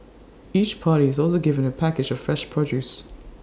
each party is also given A package of fresh produce